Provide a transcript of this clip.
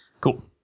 Cool